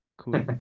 cool